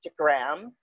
Instagram